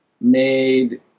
made